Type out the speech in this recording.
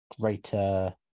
greater